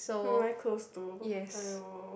who am I close to !aiyo!